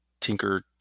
Tinker